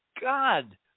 god